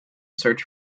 search